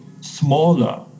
smaller